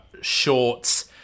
shorts